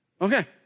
Okay